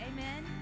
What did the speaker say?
Amen